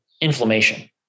inflammation